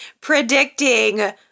predicting